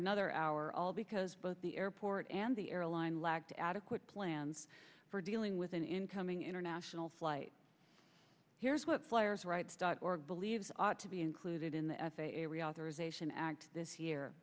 another hour all because both the airport and the airline lacked adequate plans for dealing with an incoming international flight here's what flyers rights dot org believes ought to be included in the f a a reauthorization act this year